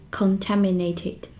contaminated